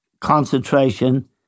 concentration